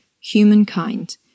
Humankind